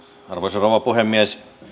arvoisa rouva puhemies